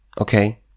Okay